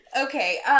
Okay